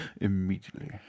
immediately